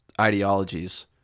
ideologies